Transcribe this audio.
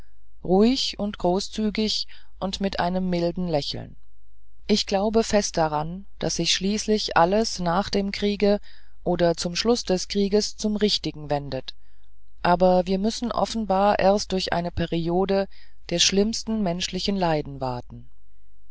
ruhig großzügig und mit einem milden lächeln ich glaube fest daran daß sich schließlich alles nach dem kriege oder zum schluß des krieges zum richtigen wendet aber wir müssen offenbar erst durch eine periode der schlimmsten menschlichen leiden waten